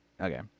Okay